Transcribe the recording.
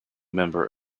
member